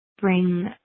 bring